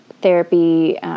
therapy